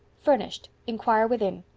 furnished. inquire within.